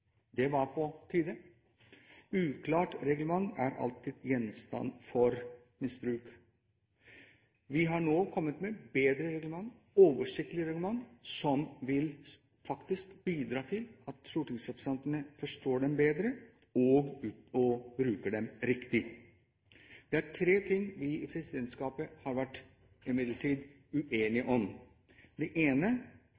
Det var på tide. Et uklart reglement er alltid gjenstand for misbruk. Vi har nå kommet med et bedre, oversiktlig reglement som vil bidra til at stortingsrepresentantene forstår det bedre og bruker det riktig. Det er imidlertid tre ting vi i presidentskapet har vært uenige